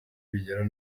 bigera